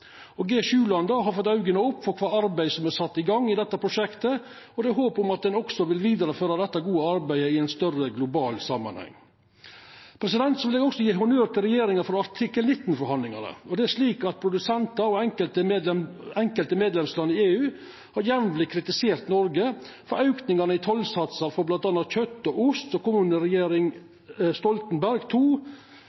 verda. G7-landa har fått augo opp for kva arbeid som er sett i gang i dette prosjektet, og det er håp om at ein også vil vidareføra dette gode arbeidet i ein større global samanheng. Eg vil også gje honnør til regjeringa for artikkel 19-forhandlingane. Produsentar og enkelte medlemsland i EU har jamleg kritisert Noreg for aukingane i tollsatsar for bl.a. kjøt og ost,